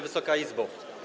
Wysoka Izbo!